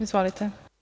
Izvolite.